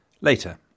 later